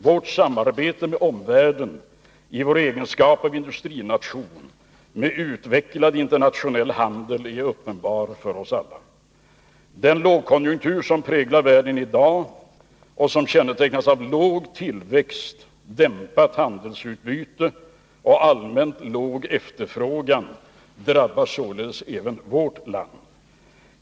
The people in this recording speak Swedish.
Vårt samarbete med omvärlden i vår egenskap av industrination med utvecklad internationell handel är uppenbart för oss alla. Den lågkonjunktur som präglar världen i dag och som kännetecknas av låg tillväxt, dämpat handelsutbyte och allmänt låg efterfrågan drabbar således även vårt land.